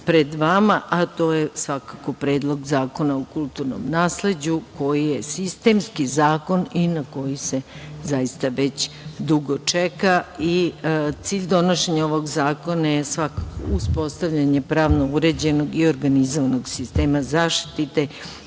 pred vama, a to je svakako Predlog zakona o kulturnom nasleđu, koji je sistemski zakon i na koji se, zaista već dugo čeka i cilj donošenja ovog zakona je svakako uspostavljanje pravno uređenog i organizovanog sistema zaštite